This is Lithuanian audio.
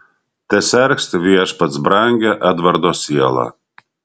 tesergsti viešpats brangią edvardo sielą